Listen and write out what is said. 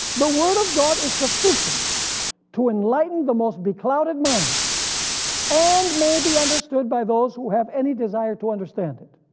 the word of god is sufficient to enlighten the most beclouded mind and may be understood by those who have any desire to understand it.